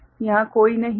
यहां कोई नहीं है